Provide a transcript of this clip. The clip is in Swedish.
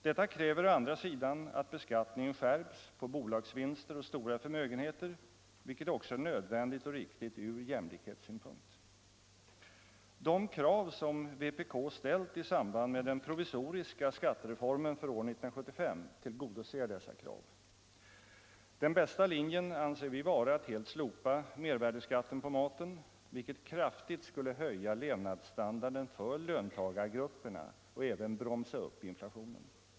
Detta kräver å andra sidan att beskattningen skärps på bolagsvinster och stora förmögenheter, vilket också är nödvändigt och riktigt från jämlikhetssynpunkt. De krav som vpk har ställt i samband med den provisoriska skattereformen år 1975 tillgodoser dessa krav. Den bästa linjen anser vi vara att helt slopa mervärdeskatten på maten, vilket kraftigt skulle höja levnadsstandarden för löntagargrupperna och även bromsa upp inflationen.